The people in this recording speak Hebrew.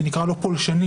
נקרא לו "פולשני",